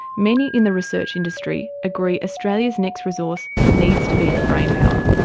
many in the research industry agree australia's next resource needs to be its brain power.